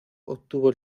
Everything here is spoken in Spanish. obtuvo